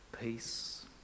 peace